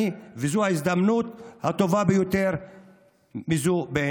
וזו ההזדמנות הטובה ביותר בעיניי.